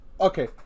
okay